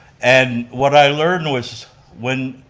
and what i learned was when